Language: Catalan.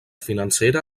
financera